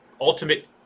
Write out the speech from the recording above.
ultimate